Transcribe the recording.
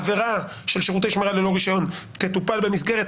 עבירה של שירותי שמירה ללא רישיון תטופל במסגרת